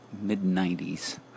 mid-90s